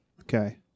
Okay